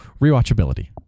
rewatchability